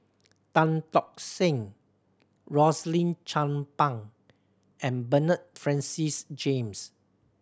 Tan Tock Seng Rosaline Chan Pang and Bernard Francis James